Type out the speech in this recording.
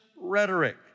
rhetoric